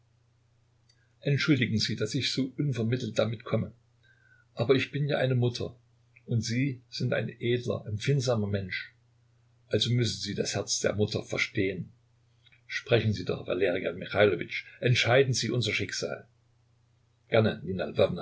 entschuldigen sie daß ich so unvermittelt damit komme aber ich bin ja eine mutter und sie sind ein edler empfindsamer mensch also müssen sie das herz der mutter verstehen sprechen sie doch valerian michailowitsch entscheiden sie unser schicksal